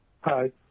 Hi